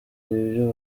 ibyo